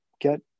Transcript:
get